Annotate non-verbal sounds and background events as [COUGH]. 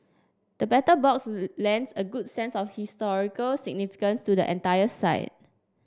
the Battle Box [HESITATION] lends a good sense of historical significance to the entire site